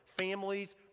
Families